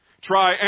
Try